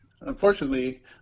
unfortunately